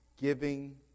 giving